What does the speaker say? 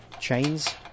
chains